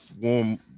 warm